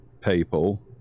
people